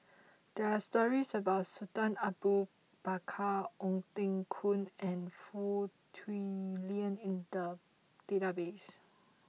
there are stories about Sultan Abu Bakar Ong Teng Koon and Foo Tui Liew in the database